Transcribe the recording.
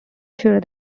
share